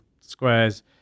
squares